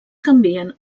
canvien